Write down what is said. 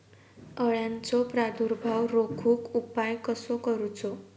अळ्यांचो प्रादुर्भाव रोखुक उपाय कसो करूचो?